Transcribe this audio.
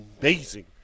amazing